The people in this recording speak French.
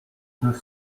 deux